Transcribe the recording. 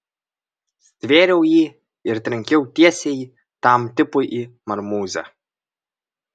stvėriau jį ir trenkiau tiesiai tam tipui į marmūzę